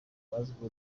bazwiho